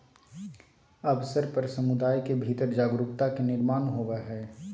अवसर पर समुदाय के भीतर जागरूकता के निर्माण होबय हइ